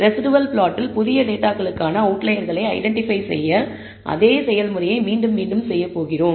residual பிளாட்டில் புதிய டேட்டாகளுக்கான அவுட்லயர்களை ஐடென்டிபை செய்ய அதே செயல்முறையை மீண்டும் மீண்டும் செய்யப் போகிறோம்